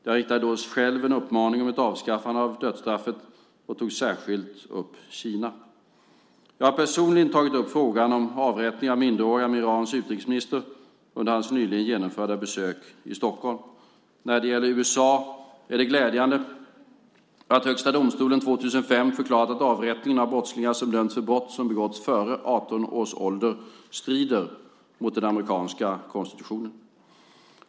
Jag riktade då själv en uppmaning om ett avskaffande av dödsstraffet och tog särskilt upp Kina. Jag har personligen tagit upp frågan om avrättningar av minderåriga med Irans utrikesminister under hans nyligen genomförda besök i Stockholm. När det gäller USA är det glädjande att högsta domstolen 2005 förklarat att avrättning av brottslingar som dömts för brott som begåtts före 18 års ålder strider mot den amerikanska konstitutionen.